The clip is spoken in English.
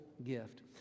gift